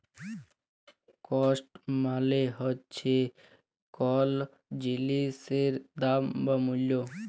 cost মালে হচ্যে কল জিলিসের দাম বা মূল্য